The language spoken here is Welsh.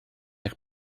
eich